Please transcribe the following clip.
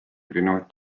erinevaid